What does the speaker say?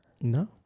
No